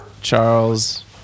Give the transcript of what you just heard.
charles